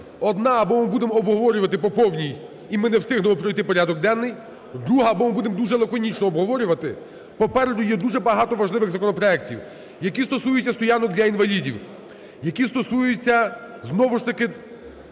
одна – або ми будемо обговорювати по повній, і ми не встигнемо пройти порядок денний; друга – або ми будемо дуже лаконічно обговорювати. Попереду є дуже багато важливих законопроектів, які стосуються стоянок для інвалідів, які стосуються знову ж таки